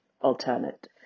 alternate